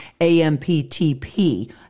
AMPTP